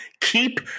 keep